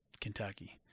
Kentucky